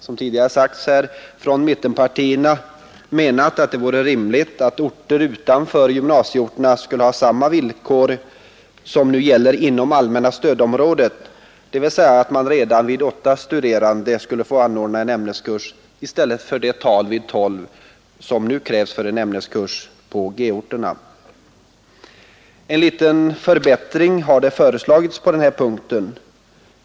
Som tidigare sagts har vi där från mittenpartierna menat, att det vore rimligt att orter utanför gymnasieorterna har samma villkor som nu gäller inom allmänna stödområdet, dvs. att man redan vid åtta studerande skulle kunna få anordna en ämneskurs, i stället för att som nu kräva tolv deltagare för ämneskurs på g-orterna. En liten förbättring har föreslagits på denna punkt.